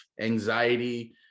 anxiety